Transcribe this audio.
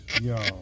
Yo